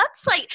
website